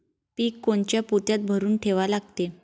पीक कोनच्या पोत्यात भरून ठेवा लागते?